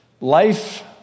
life